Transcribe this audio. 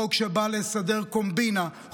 חוק שבא לסדר קומבינה,